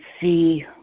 see